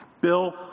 bill